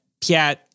Piat